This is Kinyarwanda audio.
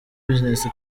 business